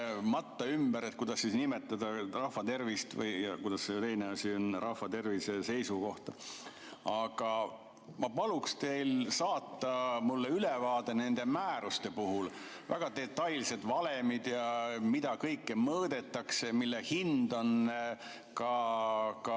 matta ümber, kuidas siis nimetada rahvatervise või – kuidas see teine asi on? – rahvatervise seisukohast. Aga ma paluksin teil saata mulle ülevaade nendest määrustest. Siin on väga detailsed valemid ja see, mida kõike mõõdetakse, hind ka